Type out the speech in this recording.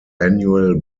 annual